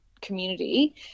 community